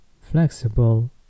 flexible